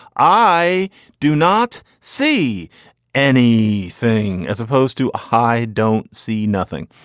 i do not see any thing as opposed to a high don't see nothing.